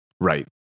right